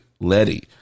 letty